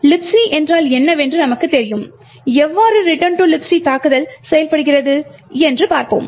எனவே Libc என்றால் என்னவென்று நமக்குத் தெரியும் எவ்வாறு return to Libc தாக்குதல் செயல்படுகிறது என்பதைப் பார்ப்போம்